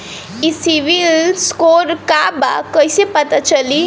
ई CIBIL score का बा कइसे पता चली?